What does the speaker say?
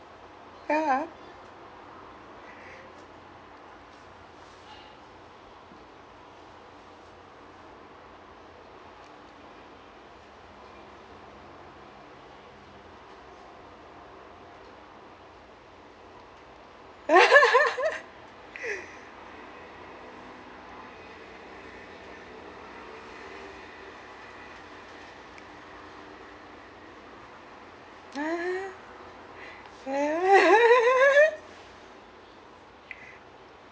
ya